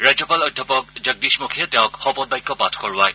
ৰাজ্যপাল অধ্যাপক জগদীশ মুখীয়ে তেওঁক শপতবাক্য পাঠ কৰোৱায়